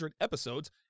episodes